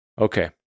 Okay